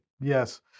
Yes